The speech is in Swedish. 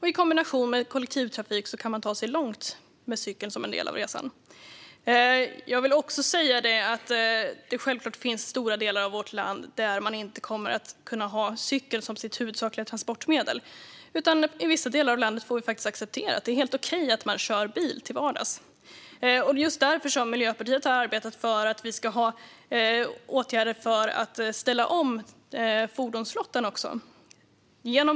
I kombination med kollektivtrafik kan man ta sig långt med cykeln som en del av resan. Jag vill också säga att det självklart finns stora delar av vårt land där man inte kommer att kunna ha cykeln som sitt huvudsakliga transportmedel. I vissa delar av landet får vi helt enkelt acceptera att man kör bil till vardags. Just därför har Miljöpartiet arbetat för att vi ska ha åtgärder för att ställa om fordonsflottan.